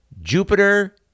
Jupiter